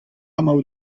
emaout